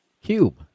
Cube